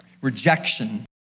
Rejection